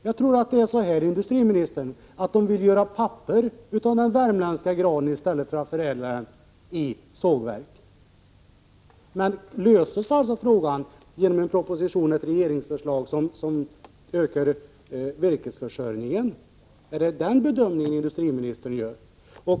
Jag tror att det är på det sättet, industriministern, att man vill göra papper av den värmländska granen i stället för att förädla den i sågverken. Men löses frågan genom ett regeringsförslag som ökar virkesförsörjningen? Är det den bedömningen industriministern gör?